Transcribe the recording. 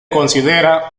considera